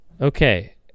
Okay